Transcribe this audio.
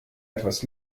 etwas